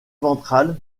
ventrale